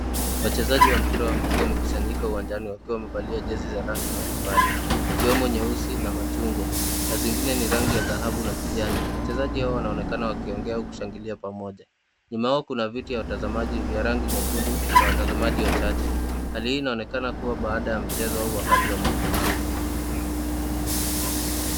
Wachezaji wa mpira wa miguu wamekusanyika uwanjani wakiwa wamevalia jezi za rangi mbali mbali ikiwemo nyeusi na machungwa na zingine ni rangi ya dhahabu na kijani. Wachezaji hawa wanaonekana wakiongea au kushangilia pamoja. Nyuma yao kuna viti ya watamaji vya rangi nyekundu na watazamaji wachache hali hii inaonekana kuwa baada ya mchezo ama wakati wa mapumziko.